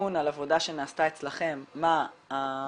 עדכון על עבודה שנעשתה אצלכם מה העלות